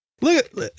look